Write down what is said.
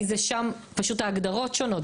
פשוט ההגדרות שונות.